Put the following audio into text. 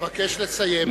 אבקש לסיים.